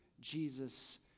Jesus